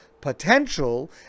potential